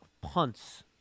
punts